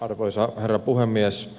arvoisa herra puhemies